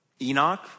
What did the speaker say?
Enoch